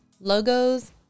logos